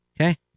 Okay